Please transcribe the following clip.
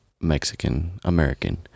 Mexican-American